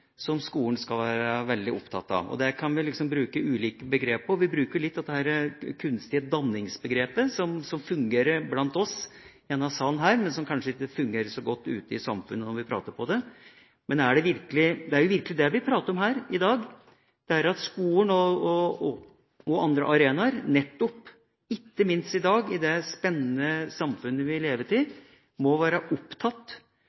ting skolen skal være veldig opptatt av. Det kan vi bruke ulike begreper om. Vi bruker dette litt kunstige danningsbegrepet, som fungerer blant oss i denne salen, men som kanskje ikke fungerer så godt ute i samfunnet når vi prater om det. Men det er virkelig det vi prater om her i dag: Skolen og andre arenaer må ikke minst i dag, i det spennende samfunnet vi lever